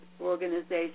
Organization